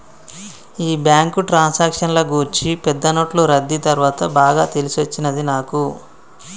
ఈ బ్యాంకు ట్రాన్సాక్షన్ల గూర్చి పెద్ద నోట్లు రద్దీ తర్వాత బాగా తెలిసొచ్చినది నాకు